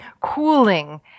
cooling